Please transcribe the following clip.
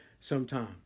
sometime